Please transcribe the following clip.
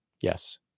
Yes